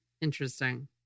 Interesting